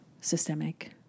systemic